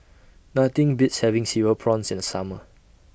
Nothing Beats having Cereal Prawns in The Summer